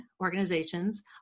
organizations